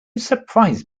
surprise